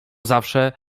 zawsze